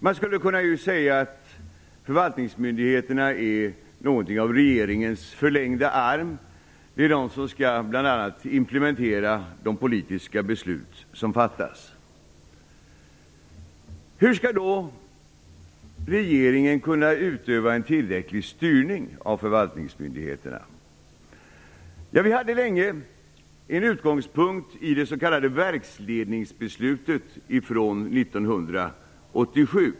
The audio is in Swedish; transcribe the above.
Man skulle kunna säga att förvaltningsmyndigheterna är något av regeringens förlängda arm. Det är de som bl.a. skall implementera de politiska beslut som fattas. Hur skall då regeringen kunna utöva en tillräcklig styrning av förvaltningsmyndigheterna? Vi hade länge en utgångspunkt i det s.k. verksledningsbeslutet från 1987.